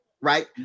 Right